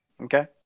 Okay